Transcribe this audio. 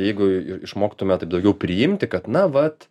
jeigu išmoktume taip daugiau priimti kad na vat